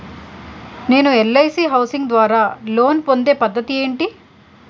నేను LIC housing ద్వారా loan పొందే పద్ధతి ఏంటి?